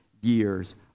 years